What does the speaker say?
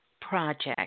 project